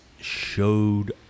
showed